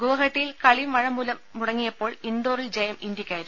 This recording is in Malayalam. ഗോഹട്ടിയിൽ കളി മഴമൂലം മുടങ്ങിയപ്പോൾ ഇൻഡോ റിൽ ജയം ഇന്ത്യക്കായിരുന്നു